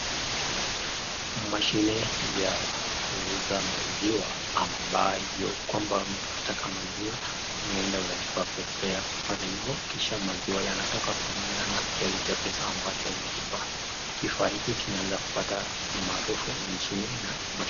Mashine ya kuuza maziwa ambayo kwamba mtu ukitaka maziwa unaenda unalipa pesa yako pale hivo kisha maziwa yanatoka kulingana na kiasi cha pesa ambacho umelipa kifaa hiki kinaanza kupata umaarufu nchini na mashinani.